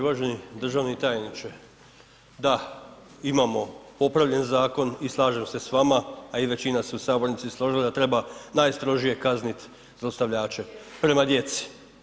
Uvaženi državni tajniče, da, imamo popravljen zakon i slažem se s vama a i većina se u sabornici složila da treba najstrožije kaznit zlostavljače prema djeci.